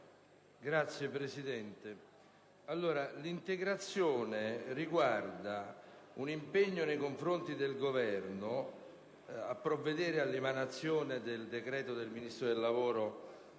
e le politiche sociali*. L'integrazione riguarda un impegno nei confronti del Governo a provvedere all'emanazione del decreto del Ministro del lavoro